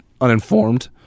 uninformed